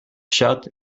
shut